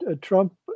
Trump